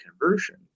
conversion